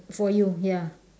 for you ya